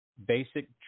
basic